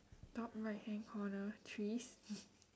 top right hand corner trees